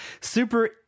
Super